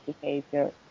behavior